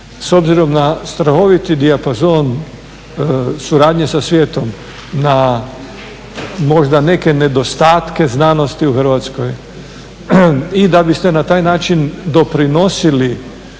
s obzirom na strahoviti dijapazon suradnje sa svijetom, na možda neke nedostatke znanosti u Hrvatskoj i da biste na taj način doprinosili